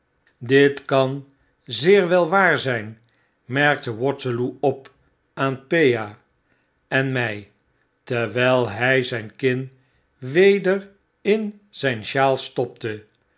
dit kan zeer wel waar zgn merkte waterloo op aan pea en my terwyl hy zgn kin weder in zijn sjaal stopte